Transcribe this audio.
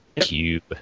cube